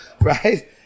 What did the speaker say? right